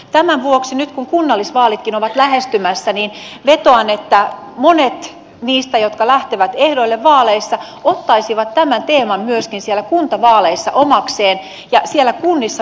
tämän vuoksi nyt kun kunnallisvaalitkin ovat lähestymässä vetoan että monet niistä jotka lähtevät ehdolle vaaleissa ottaisivat tämän teeman myöskin siellä kuntavaaleissa omakseen ja siellä kunnissa myöskin lähdettäisiin viemään näitä asioita eteenpäin